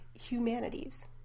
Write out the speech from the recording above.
humanities